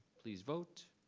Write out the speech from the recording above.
please vote.